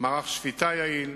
ומערך שפיטה יעיל,